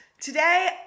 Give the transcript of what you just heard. Today